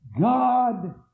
God